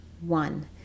one